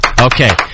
Okay